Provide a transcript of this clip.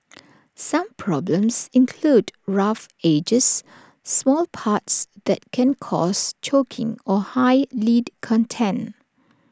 some problems include rough edges small parts that can cause choking or high lead content